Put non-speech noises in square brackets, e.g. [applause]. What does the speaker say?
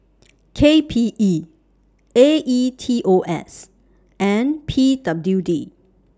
[noise] K P E A E T O S and P W D